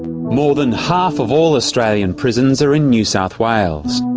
more than half of all australian prisons are in new south wales.